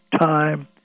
time